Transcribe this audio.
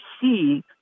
see